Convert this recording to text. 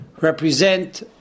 represent